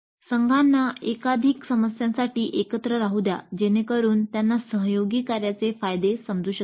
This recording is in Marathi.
संघांना एकाधिक समस्यांसाठी एकत्र राहू द्या जेणेकरून त्यांना सहयोगी कार्याचे फायदे समजू शकतील